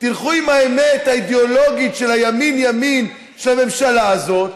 תלכו עם האמת האידאולוגית של הימין-ימין של הממשלה הזאת,